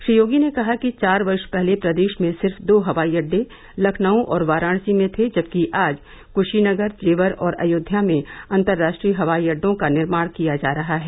श्री योगी ने कहा कि चार वर्ष पहले प्रदेश में सिर्फ दो हवाई अड्डे लखनऊ और वाराणसी में थे जबकि आज कुशीनगर जेवर और अयोध्या में अंतराष्ट्रीय हवाई अड्डों का निर्माण किया जा रहा है